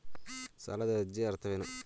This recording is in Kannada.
ಸಾಲದ ಅರ್ಜಿಯ ಅರ್ಥವೇನು?